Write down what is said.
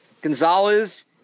Gonzalez